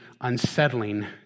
unsettling